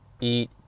eat